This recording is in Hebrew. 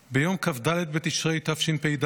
ביום כ"ד בתשרי תשפ"ד,